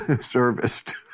serviced